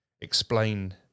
explain